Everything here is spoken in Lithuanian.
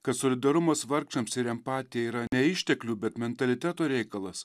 kad solidarumas vargšams ir empatija yra ne išteklių bet mentaliteto reikalas